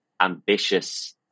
ambitious